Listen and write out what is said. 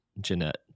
Jeanette